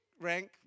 rank